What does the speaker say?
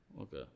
Okay